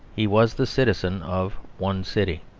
he was the citizen of one city.